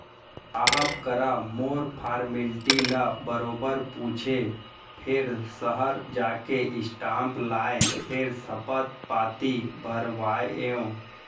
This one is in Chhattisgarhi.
साहब करा मोर फारमेल्टी ल बरोबर पूछें फेर सहर जाके स्टांप लाएँ फेर सपथ पाती भरवाएंव